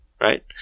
Right